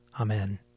Amen